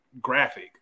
graphic